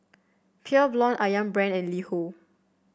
Pure Blonde ayam Brand and LiHo